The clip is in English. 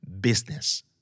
business